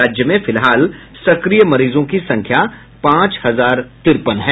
राज्य में फिलहाल सक्रिय मरीजों की संख्या पांच हजार तिरपन है